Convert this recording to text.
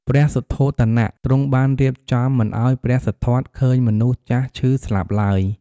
ព្រះសុទ្ធោទនៈទ្រង់បានរៀបចំមិនឲ្យព្រះសិទ្ធត្ថឃើញមនុស្សចាស់ ឈឺ ស្លាប់ឡើយ។